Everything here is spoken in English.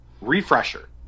refresher